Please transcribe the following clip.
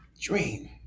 Dream